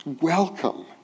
Welcome